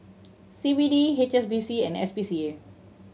C B D H S B C and S P C A